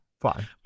Fine